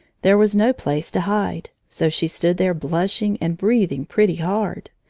there was no place to hide, so she stood there blushing and breathing pretty hard.